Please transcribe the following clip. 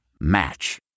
match